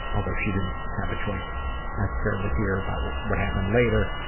although she didn't have a choice necessarily here, but what what happened later,